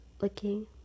looking